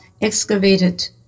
excavated